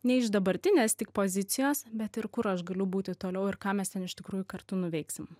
ne iš dabartinės tik pozicijos bet ir kur aš galiu būti toliau ir ką mes ten iš tikrųjų kartu nuveiksim